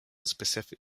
specific